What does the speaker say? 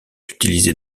utilisées